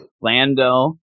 Lando